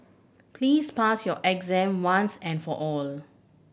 please pass your exam once and for all